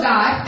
God